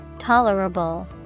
Tolerable